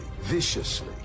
viciously